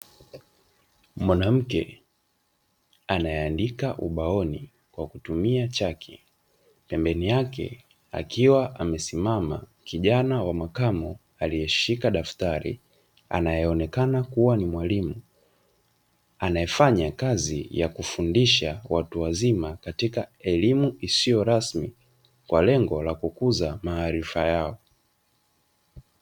Mwanamke anayeandika ubaoni kwa kutumia chaki, pembeni yake akiwa amesimama kijana wa makamo aliyeshika daftari anayeonekana kuwa ni mwalimu. Anayefanya kazi ya kufundisha watu wazima katika elimu isiyo rasmi kwa lengo la kukuza maarifa yao.